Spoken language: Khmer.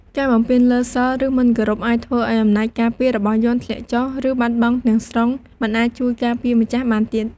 ការបំពានលើ សីល ឬ មិនគោរព អាចធ្វើឲ្យអំណាចការពាររបស់យន្តធ្លាក់ចុះ ឬបាត់បង់ទាំងស្រុង មិនអាចជួយការពារម្ចាស់បានទៀត។